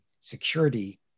security